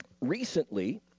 recently